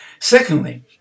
Secondly